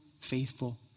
faithful